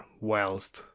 whilst